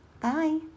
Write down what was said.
Bye